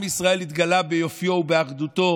עם ישראל התגלה ביופיו ואחדותו,